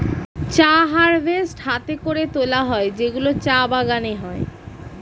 চা হারভেস্ট হাতে করে তোলা হয় যেগুলো চা বাগানে হয়